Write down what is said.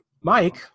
Mike